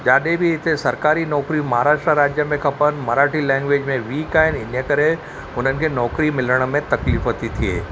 जिते बि हिते सरकारी नौकिरियूं महाराष्ट्रा राज्य में खपनि मराठी लैंग्वेज में वीक आहिनि हिन करे हुननि खे नौकिरी मिलण में तकलीफ़ थी थिए